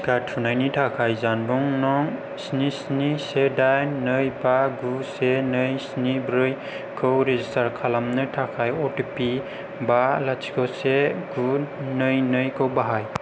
टिका थुनायनि थाखाय जानबुं नं स्नि स्नि से दाइन नै बा गु से नै स्नि ब्रै खौ रेजिस्टार खालामनो थाखाय अ टि पि बा लाथिख ' से गु नै नै खौ बाहाय